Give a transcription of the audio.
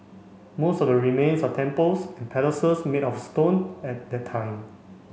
most of the remains are temples and palaces made of stone at that time